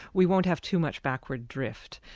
we won't have too much backward drift,